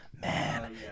man